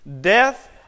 Death